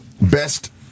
best